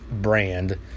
brand